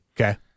Okay